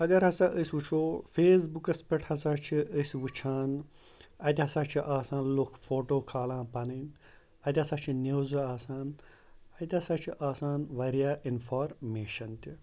اَگر ہسا أسۍ وٕچھو فیسبُکَس پٮ۪ٹھ ہسا چھِ أسۍ وٕچھان اَتہِ ہسا چھِ آسان لُکھ فوٹو کھالان پَنٕنۍ اَتہِ ہسا چھِ نِوزٕ آسان اَتہِ ہسا چھِ آسان واریاہ اِنفارمیشَن تہِ